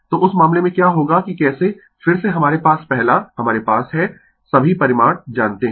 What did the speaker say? तो उस मामले में क्या होगा कि कैसे फिर से हमारे पास पहला हमारे पास है सभी परिमाण जानते है